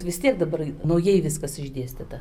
vis tiek dabar naujai viskas išdėstyta